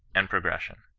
and progression.